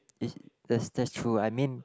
is that's that's true I mean